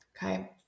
Okay